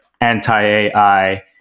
anti-ai